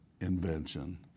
invention